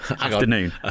afternoon